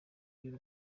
y’u